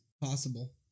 Possible